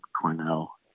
cornell